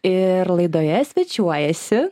ir laidoje svečiuojasi